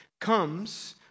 comes